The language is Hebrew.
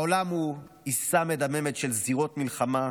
העולם הוא עיסה מדממת של זירות מלחמה